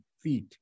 feet